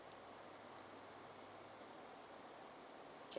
okay